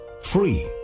free